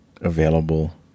available